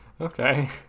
Okay